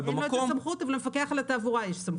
אין לו את הסמכות אבל למפקח על התעבורה יש סמכות.